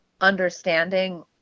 understanding